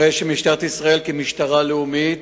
הרי שמשטרת ישראל, כמשטרה לאומית,